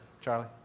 Charlie